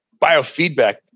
biofeedback